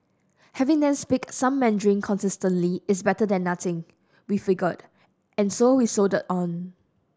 having them speak some Mandarin consistently is better than nothing we figure and so we soldier on